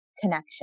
connection